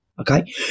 okay